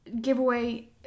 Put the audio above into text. giveaway